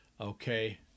Okay